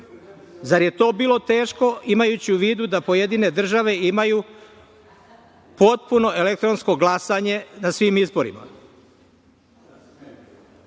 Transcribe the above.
Zar je to bilo teško, imajući u vidu da pojedine države imaju potpuno elektronsko glasanje na svim izborima? Hvalimo